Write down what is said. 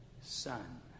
son